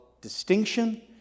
distinction